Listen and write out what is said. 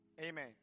Amen